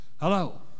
Hello